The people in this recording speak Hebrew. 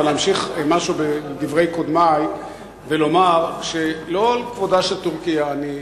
אבל להמשיך משהו בדברי קודמי ולומר שלא על כבודה של טורקיה אני חס,